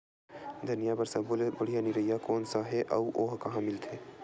धनिया बर सब्बो ले बढ़िया निरैया कोन सा हे आऊ ओहा कहां मिलथे?